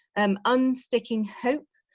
um unsticking hope,